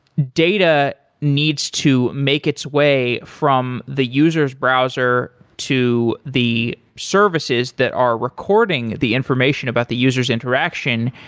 data needs to make its way from the user s browser to the services that are recording the information about the user s interaction.